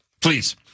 Please